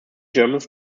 germans